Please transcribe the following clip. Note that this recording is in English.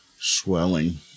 Swelling